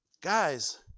Guys